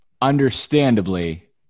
understandably